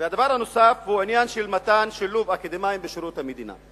והדבר הנוסף הוא עניין של שילוב אקדמאים בשירות המדינה.